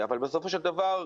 אבל בסופו של דבר,